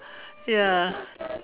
ya